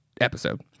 episode